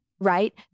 Right